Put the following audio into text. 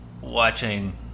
watching